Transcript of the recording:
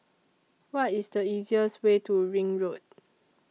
What IS The easiest Way to Ring Road